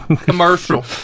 commercial